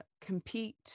compete